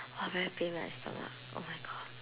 !wah! very pain my stomach oh my god